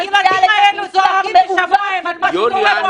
אני ------ יוליה,